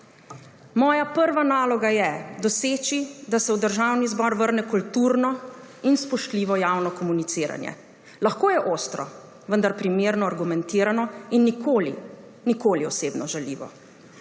Moja prva naloga je doseči, da se v Državni zbor vrne kulturno in spoštljivo javno komuniciranje, lahko je ostro, vendar primerno argumentirano in nikoli nikoli osebno žaljivo.